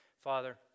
Father